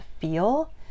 feel